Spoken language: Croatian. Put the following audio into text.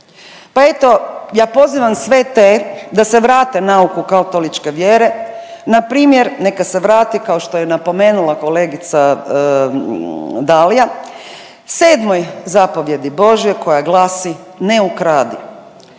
Pa eto ja pozivam sve te da se vrate nauku katoličke vjere, npr. neka se vrate, kao što je napomenula kolegica Dalija, 7. zapovijedi božjoj koja glasi „ne ukradi“.